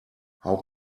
how